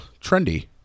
trendy